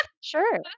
sure